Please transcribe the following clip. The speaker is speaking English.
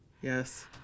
Yes